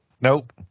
Nope